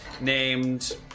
named